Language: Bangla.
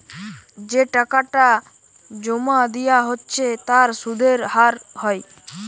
যে টাকাটা জোমা দিয়া হচ্ছে তার সুধের হার হয়